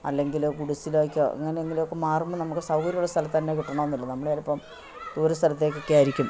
അല്ലെങ്കിൽ കുടുസിലേക്കോ അങ്ങനെയെങ്കിലൊക്കെ മാറുമ്പോൾ നമുക്ക് സൗകര്യമുള്ള സ്ഥലത്തുതന്നെ കിട്ടണമെന്നില്ല നമ്മൾ ചിലപ്പം ദൂരസ്ഥലത്തേക്ക് ഒക്കെ ആയിരിക്കും